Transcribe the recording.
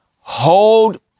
hold